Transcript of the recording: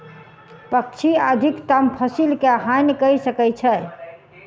पक्षी अधिकतम फसिल के हानि कय सकै छै